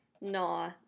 Nah